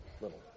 little